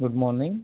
good morning